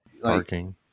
Parking